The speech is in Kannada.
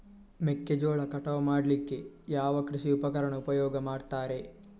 ಮೆಕ್ಕೆಜೋಳ ಕಟಾವು ಮಾಡ್ಲಿಕ್ಕೆ ಯಾವ ಕೃಷಿ ಉಪಕರಣ ಉಪಯೋಗ ಮಾಡ್ತಾರೆ?